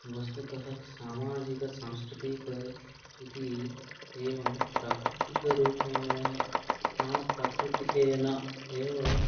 वस्तुतः सामाजिकसांस्कृतिकः इति एवं प्राकृतिकरूपेण नाम प्राकृतिकेन एव